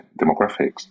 demographics